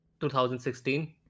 2016